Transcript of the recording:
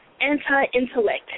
Anti-intellect